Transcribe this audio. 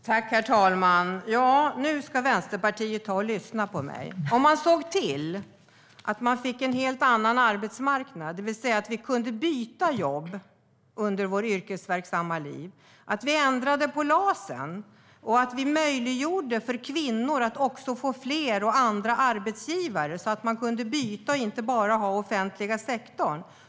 Herr talman! Nu ska Vänsterpartiet lyssna på mig. Det handlar om att se till att man får en helt annan arbetsmarknad så att vi kan byta jobb under vårt yrkesverksamma liv, att vi ändrar på LAS och möjliggör för kvinnor att få fler och andra arbetsgivare så att de kan byta och inte bara ha offentliga sektorn.